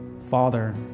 Father